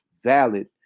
valid